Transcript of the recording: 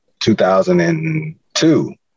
2002